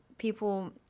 people